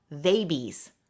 babies